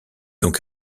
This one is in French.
donc